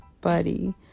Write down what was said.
buddy